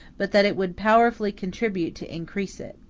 but that it would powerfully contribute to increase it.